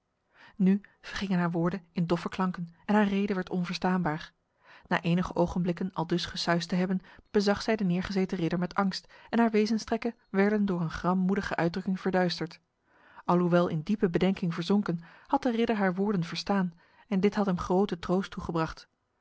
nu vergingen haar woorden in doffe klanken en haar rede werd onverstaanbaar na enige ogenblikken aldus gesuisd te hebben bezag zij de neergezeten ridder met angst en haar wezenstrekken werden door een grammoedige uitdrukking verduisterd alhoewel in diepe bedenking verzonken had de ridder haar woorden verstaan en dit had hem grote troost toegebracht